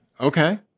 Okay